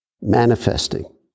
manifesting